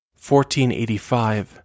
1485